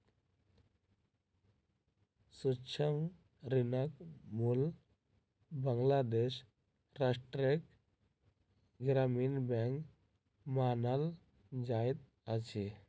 सूक्ष्म ऋणक मूल बांग्लादेश राष्ट्रक ग्रामीण बैंक मानल जाइत अछि